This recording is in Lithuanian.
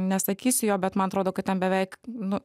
nesakysiu jo bet man atrodo kad ten beveik nu